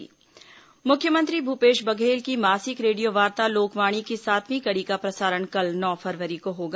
लोकवाणी मुख्यमंत्री भूपेश बघेल की मासिक रेडियोवार्ता लोकवाणी की सातवी कड़ी का प्रसारण कल नौ फरवरी को होगा